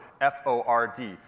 F-O-R-D